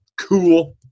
cool